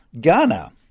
Ghana